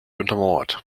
untermauert